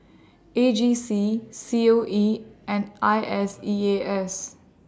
A G C C O E and I S E A S